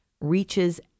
reaches